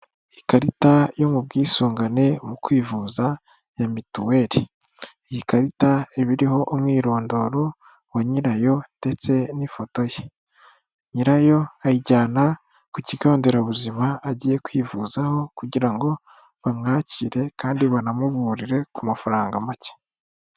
Ikarita yo mu bwisungane mu kwivuza ya mituweli, iyi karita ibiho umwirondoro wa nyirayo ndetse n'ifoto ye, nyirayo ayijyana ku kigo nderabuzima agiye kwivuzaho kugira ngo bamwakire kandi banamuvurire ku mafaranga make.